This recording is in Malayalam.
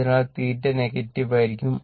അതിനാൽ θ നെഗറ്റീവ് ആയിരിക്കും